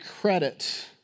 credit